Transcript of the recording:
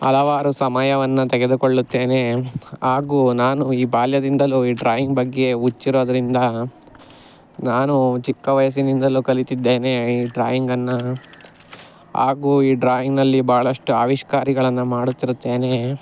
ಹಲವಾರು ಸಮಯವನ್ನು ತೆಗೆದುಕೊಳ್ಳುತ್ತೇನೆ ಹಾಗೂ ನಾನು ಈ ಬಾಲ್ಯದಿಂದಲೂ ಈ ಡ್ರಾಯಿಂಗ್ ಬಗ್ಗೆ ಹುಚ್ಚಿರೋದ್ರಿಂದ ನಾನು ಚಿಕ್ಕ ವಯಸ್ಸಿನಿಂದಲು ಕಲಿತಿದ್ದೇನೆ ಈ ಡ್ರಾಯಿಂಗನ್ನು ಹಾಗೂ ಈ ಡ್ರಾಯಿಂಗಲ್ಲಿ ಭಾಳಷ್ಟು ಆವಿಷ್ಕಾರಗಳನ್ನು ಮಾಡುತ್ತಿರುತ್ತೇನೆ